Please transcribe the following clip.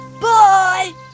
Bye